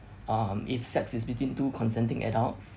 um if sex is between two consenting adults